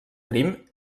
crim